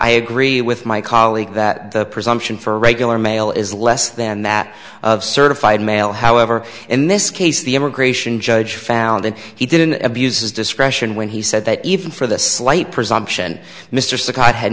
i agree with my colleague that the presumption for regular mail is less than that of certified mail however in this case the immigration judge found it he didn't abuse his discretion when he said that even for the slight